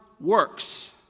works